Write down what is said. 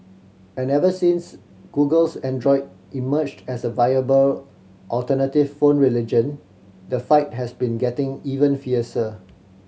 and ever since Google's Android emerged as a viable alternative phone religion the fight has been getting even fiercer